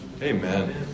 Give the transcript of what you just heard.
amen